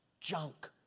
junk